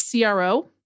CRO